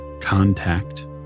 contact